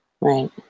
Right